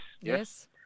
Yes